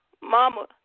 Mama